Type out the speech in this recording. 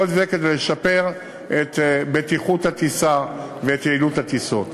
כל זה כדי לשפר את בטיחות הטיסה ואת יעילות הטיסות.